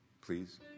please